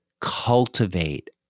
cultivate